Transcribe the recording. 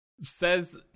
says